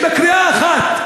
שבקריאה אחת,